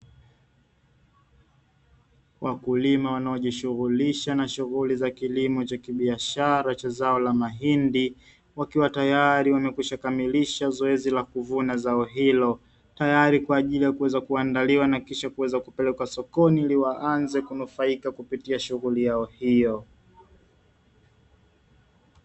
Wakulima wanaojishughulisha na shughuli za kilimo cha kibiashara cha a zao la mahindi, wakiwa tayari wamekwisha kamilisha zoezi la kuvuna zao hilo. Tayari kwa ajili ya kuweza kuandaliwa na kisha kuweza kupelekwa sokoni ili waanze kunufaika kupitia shughuli yao hiyo.